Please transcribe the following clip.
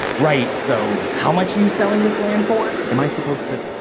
right so, how much are you selling this land for? am i supposed to?